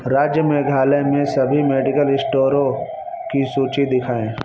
राज्य मेघालय में सभी मेडिकल स्टोरों की सूची दिखाएँ